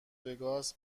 وگاس